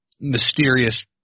mysterious